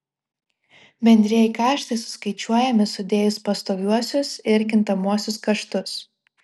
bendrieji kaštai suskaičiuojami sudėjus pastoviuosius ir kintamuosius kaštus